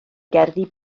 gerddi